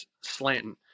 slanting